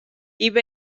ibm